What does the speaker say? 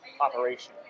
operation